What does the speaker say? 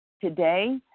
today